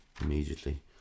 immediately